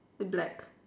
black